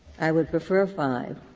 i would prefer five.